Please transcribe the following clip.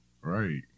Right